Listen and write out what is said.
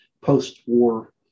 post-war